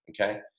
okay